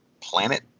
planet